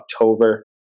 October